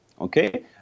okay